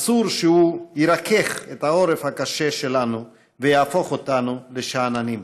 אסור שהוא ירכך את העורף הקשה שלנו ויהפוך אותנו לשאננים.